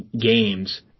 games